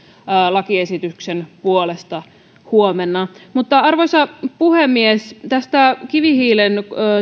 lakiesityksen puolesta huomenna arvoisa puhemies tästä kivihiilen